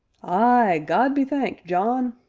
ay, god be thanked, john!